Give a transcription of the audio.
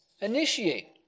Initiate